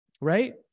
right